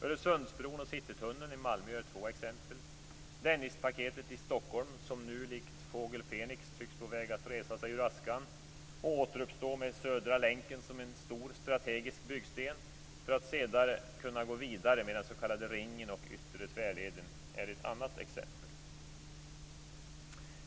Öresunsbron och Citytunneln i Malmö är två exempel. Dennispaketet i Stockholm, som nu likt fågel Fenix tycks på väg att resa sig ur askan och återuppstå med Södra länken som en stor strategisk byggsten för att senare kunna gå vidare med den s.k. Ringen och Yttre tvärleden, är ett annat exempel.